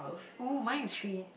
oh mine is three